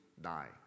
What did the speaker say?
die